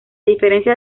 diferencia